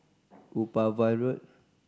Upavon Road